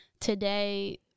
today